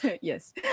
Yes